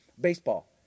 baseball